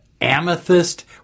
Amethyst